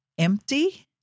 empty